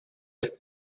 with